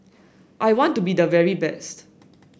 I want to be the very best